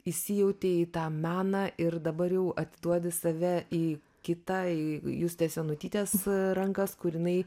įsijautei į tą meną ir dabar jau atiduodi save į kitai justės jonutytės rankas kur jinai